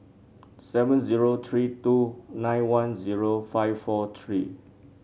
seven zero three two nine one zero five four three